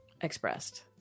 expressed